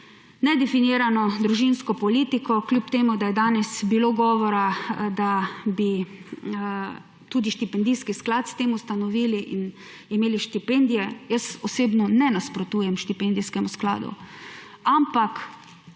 nedefinirano družinsko politiko. Kljub temu, da je danes bilo govora, da bi tudi štipendijski sklad s tem ustanovili in imeli štipendije, jaz osebno ne nasprotujem štipendijskemu skladu, ampak